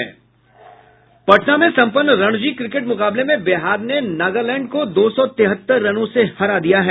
पटना में संपन्न रणजी क्रिकेट मुकाबले में बिहार ने नगालैंड को दो सौ तिहत्तर रनों से हरा दिया है